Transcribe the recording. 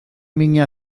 mina